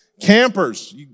campers